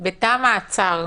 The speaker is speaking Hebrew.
בתא המעצר,